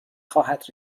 خواهد